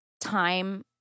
time –